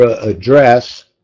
address